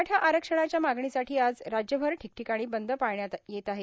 मराठा आरक्षणाच्या मागणीसाठी आज राज्यभर ठिकठिकाणी बंद पाळण्यात येत आहे